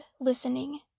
listening